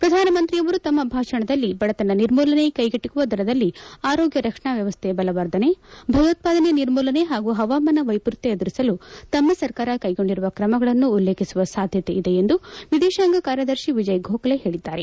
ಪ್ರಧಾನಮಂತ್ರಿಯವರು ತಮ್ಮ ಭಾಷಣದಲ್ಲಿ ಬಡತನ ನಿರ್ಮೂಲನೆ ಕೈಗೆಟಕುವ ದರದಲ್ಲಿ ಆರೋಗ್ಯ ರಕ್ಷಣಾ ವ್ಯವಸ್ಥೆ ಬಲವರ್ಧನೆ ಭಯೋತ್ಪಾದನೆ ನಿರ್ಮೂಲನೆ ಹಾಗೂ ಹವಾಮಾನ ವೈಪರಿತ್ಯ ಎದುರಿಸಲು ತಮ್ಮ ಸರ್ಕಾರ ಕೈಗೊಂಡಿರುವ ತ್ರಮಗಳನ್ನು ಉಲ್ಲೇಖಿಸುವ ಸಾಧ್ಯತೆಯಿದೆ ಎಂದು ವಿದೇಶಾಂಗ ಕಾರ್ಯದರ್ತಿ ವಿಜಯ್ ಗೋಖಲೆ ಹೇಳಿದ್ದಾರೆ